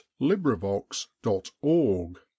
LibriVox.org